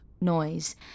noise